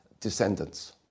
descendants